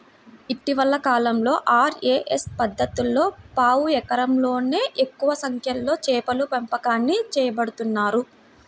ఇటీవలి కాలంలో ఆర్.ఏ.ఎస్ పద్ధతిలో పావు ఎకరంలోనే ఎక్కువ సంఖ్యలో చేపల పెంపకాన్ని చేపడుతున్నారు